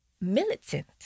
militant